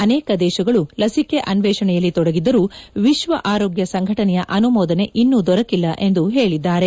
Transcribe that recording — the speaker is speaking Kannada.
ಅನೇಕ ದೇಶಗಳು ಲಸಿಕೆ ಅನ್ವೇಷಣೆಯಲ್ಲಿ ತೊಡಗಿದ್ದರೂ ವಿಶ್ವ ಆರೋಗ್ಯ ಸಂಘಟನೆಯ ಅನುಮೋದನೆ ಇನ್ನೂ ದೊರಕಿಲ್ಲ ಎಂದು ಹೇಳಿದ್ದಾರೆ